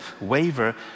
waver